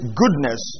goodness